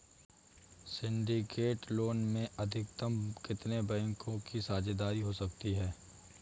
Syndicate loan में अधिकतम कितने बैंकों की साझेदारी हो सकती है?